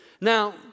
Now